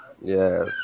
Yes